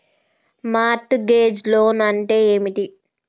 Mart gauge loan అంటే ఏమిటి?